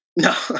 No